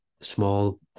small